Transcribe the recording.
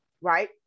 right